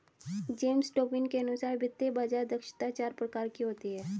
James Tobin के अनुसार वित्तीय बाज़ार दक्षता चार प्रकार की है